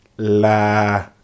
La